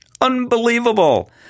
Unbelievable